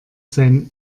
sein